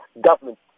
Government